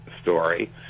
story